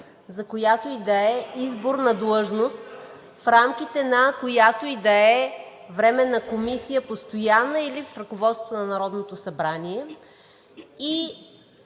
за която и да е изборна длъжност, в рамките на която и да е временна комисия, постоянна комисия или в ръководството на Народното събрание. И